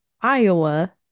Iowa